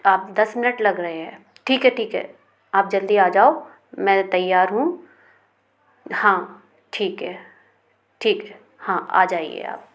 आप दस मिनट लग रहे हैं ठीक है ठीक है आप जल्दी आ जाओ मैं तैयार हूँ हाँ ठीक है ठीक हाँ आ जाइए आप